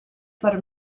per